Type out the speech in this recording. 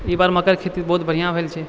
ई बार मकइके खेती बहुत बढ़िआँ भेल छै